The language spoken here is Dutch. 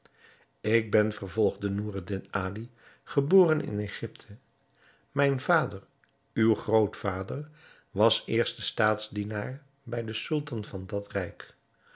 ik ben vervolgde noureddin ali geboren in egypte mijn vader uw grootvader was eerste staatsdienaar bij den sultan van dat rijk